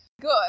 Good